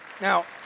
Now